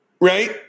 right